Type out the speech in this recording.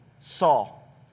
Saul